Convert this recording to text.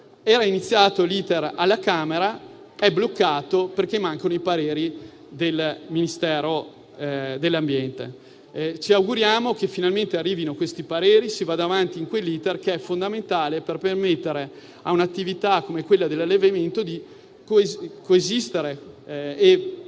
era iniziato l'*iter* alla Camera, ma è bloccato perché mancano i pareri del Ministero dell'ambiente. Ci auguriamo che finalmente questi pareri arrivino e si vada avanti nell'*iter*, che è fondamentale per permettere a un'attività come quella dell'allevamento di coesistere e